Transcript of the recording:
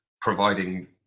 providing